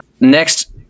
Next